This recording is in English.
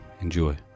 enjoy